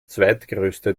zweitgrößte